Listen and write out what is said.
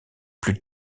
plus